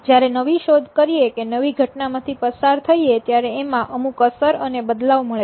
જ્યારે નવી શોધ કરીએ કે નવી ઘટનામાંથી પસાર થઈએ ત્યારે એમાં અમુક અસર અને બદલાવ મળે છે